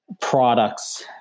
products